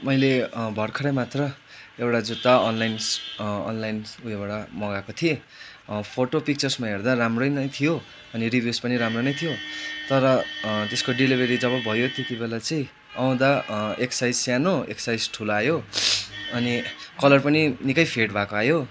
मैले भर्खरै मात्र एउटा जुत्ता अनलाइन्स अनलाइन्स उयोबाट मगाएको थिएँ फोटो पिक्चर्समा हेर्दा राम्रो नै थियो रिभियूज पनि राम्रै नै थियो तर त्यसको डेलिभरी जब भयो त्यति बेला चाहिँ आउँदा एक साइज सानो एक साइज ठुलो आयो अनि कलर पनि निकै फेड भएको आयो